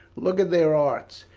look at their arts,